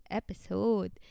episode